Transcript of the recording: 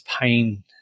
pain